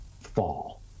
fall